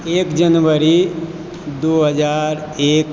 एक जनवरी दू हजार एक